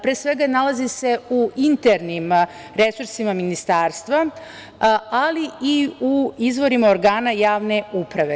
Pre svega, nalaze se u internim resursima ministarstva, ali i u izvorima organa javne uprave.